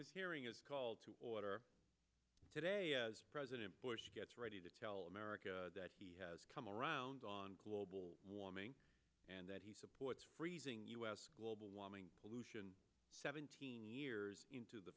this hearing is called to order today as president bush gets ready to tell america that he has come around on global warming and that he supports freezing us global warming pollution seventeen years into the